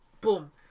boom